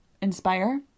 Inspire